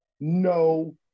no